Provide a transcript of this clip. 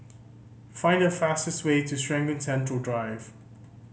find the fastest way to Serangoon Central Drive